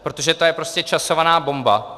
Protože to je prostě časovaná bomba.